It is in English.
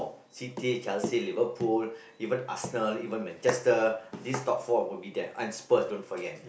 City Chelsea Liverpool even Arsenal even Manchester these top four will be there unspurred don't forget